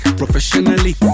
professionally